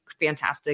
fantastic